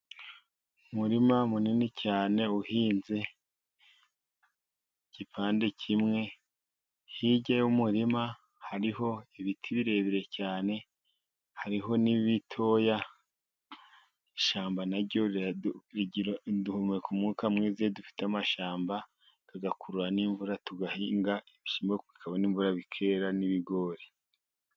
Umurima munini cyane uhinze igipande kimwe hirya y'umurima hariho ibiti birebire cyane hariho n'ibitoya. Ishyamba naryo rigira duhumeka umwuka mwiza iyo dufite amashyamba, tugakurura n'imvura tugahinga ibishyimbo bikabona imvura bikera n'ibigori.